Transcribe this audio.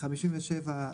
ועדת הכלכלה.